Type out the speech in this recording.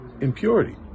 impurity